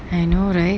I know right